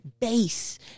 base